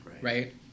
right